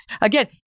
Again